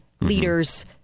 leader's